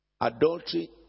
Adultery